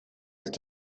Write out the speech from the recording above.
ist